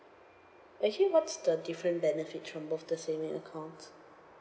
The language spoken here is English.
actually what's the different benefits from both the saving accounts